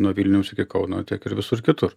nuo vilniaus iki kauno tiek ir visur kitur